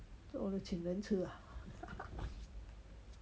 做了请人吃啊